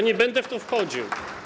Nie będę w to wchodził.